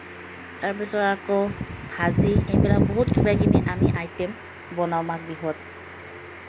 তাৰপিছত আকৌ ভাজি এইবিলাক বহুত কিবা কিবি আমি আইটেম বনাওঁ মাঘ বিহুত